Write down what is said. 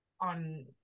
on